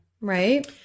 Right